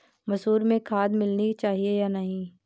मसूर में खाद मिलनी चाहिए या नहीं?